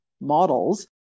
models